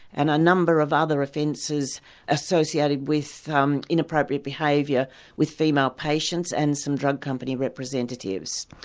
and a number of other offences associated with um inappropriate behaviour with female patients and some drug company representatives.